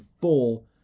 full